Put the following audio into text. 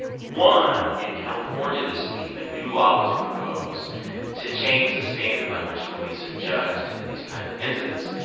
one, in california this week, a new law was proposed to change the standard by which police are judged in these kind of incidents.